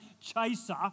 chaser